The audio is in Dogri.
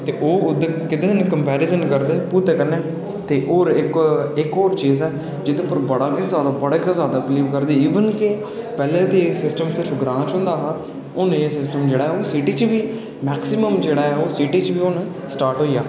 ते ओह् कैह्दे कन्नै कम्पैरिसन करदे भू्तै कन्नै होर इक होर चीज़ ऐ जेह्दे पर बड़ा गै जादा बिलीव करदे ईवन की पैह्लें ते सिस्टम सिर्फ ग्रांऽ च होंदा हा हू'न एह् सिस्टम जेह्ड़ा सिटी च बी मैक्सिमम जेह्ड़ा ऐ ओह् सिटी च बी हू'न स्टार्ट होई गेआ